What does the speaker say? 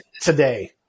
today